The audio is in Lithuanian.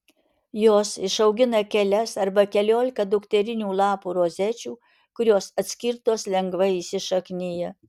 jos išaugina kelias arba keliolika dukterinių lapų rozečių kurios atskirtos lengvai įsišaknija